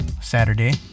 Saturday